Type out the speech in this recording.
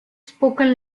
spoken